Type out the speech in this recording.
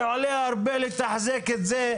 זה עולה הרבה לתחזק את זה.